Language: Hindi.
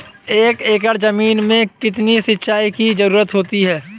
एक एकड़ ज़मीन में कितनी सिंचाई की ज़रुरत होती है?